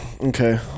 Okay